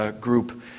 group